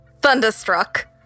thunderstruck